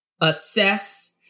assess